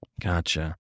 gotcha